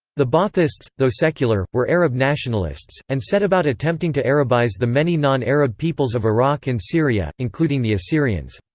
the baathists, though secular, were arab nationalists, and set about attempting to arabize the many non-arab peoples of iraq and syria, including the assyrians.